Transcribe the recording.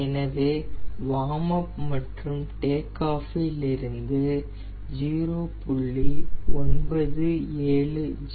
எனவே warm up மற்றும் take off இலிருந்து 0